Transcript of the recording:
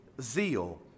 zeal